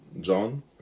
John